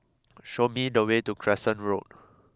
show me the way to Crescent Road